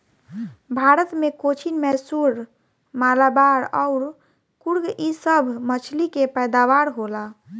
भारत मे कोचीन, मैसूर, मलाबार अउर कुर्ग इ सभ मछली के पैदावार होला